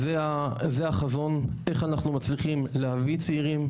זה החזון, איך אנחנו מצליחים להביא צעירים?